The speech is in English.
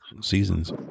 seasons